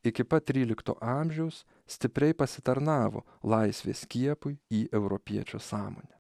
iki pat trylikto amžiaus stipriai pasitarnavo laisvės skiepui į europiečio sąmonę